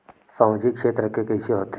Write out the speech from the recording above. सामजिक क्षेत्र के कइसे होथे?